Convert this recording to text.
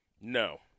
No